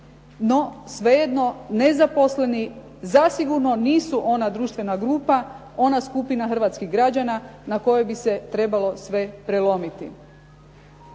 No svejedno nezaposleni zasigurno nisu ona društvena grupa, ona skupina hrvatskih građana na kojoj bi se trebalo sve prelomiti.